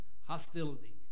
hostility